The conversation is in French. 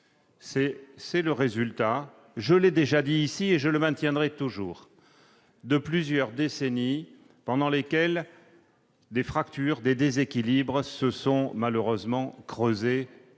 c'est le résultat- je l'ai déjà dit ici, et je le maintiens -de plusieurs décennies pendant lesquelles des fractures et des déséquilibres se sont malheureusement creusés